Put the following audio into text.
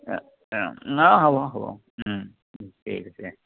অঁ অঁ অঁ হ'ব হ'ব ঠিক আছে